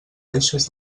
deixes